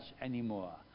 anymore